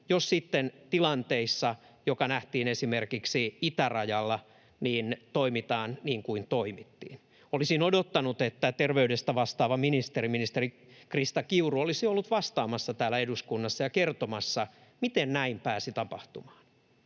jos sitten tilanteissa, jollainen nähtiin esimerkiksi itärajalla, toimitaan niin kuin toimittiin. Olisin odottanut, että terveydestä vastaava ministeri, ministeri Krista Kiuru olisi ollut vastaamassa täällä eduskunnassa ja kertomassa, miten näin pääsi tapahtumaan.